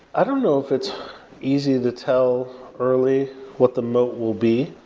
i don't know if it's easy to tell early what the moat will be.